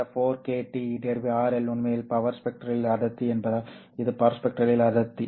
இந்த 4kT RL உண்மையில் power spectral அடர்த்தி என்பதால் இது பவர் ஸ்பெக்ட்ரல் அடர்த்தி